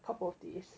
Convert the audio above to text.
couple of days